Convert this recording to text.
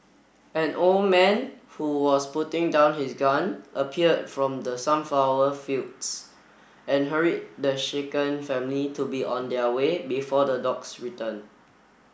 an old man who was putting down his gun appeared from the sunflower fields and hurried the shaken family to be on their way before the dogs return